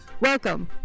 Welcome